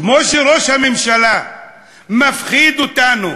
כמו שראש הממשלה מפחיד אותנו